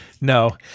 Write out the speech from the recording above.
No